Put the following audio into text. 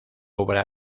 obra